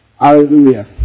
Hallelujah